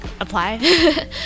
apply